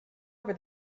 over